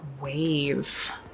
wave